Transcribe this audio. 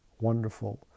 wonderful